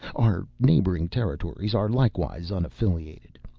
our neighboring territories are likewise unaffiliated.